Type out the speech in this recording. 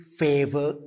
favor